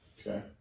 Okay